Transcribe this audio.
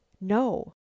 no